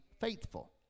faithful